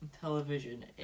television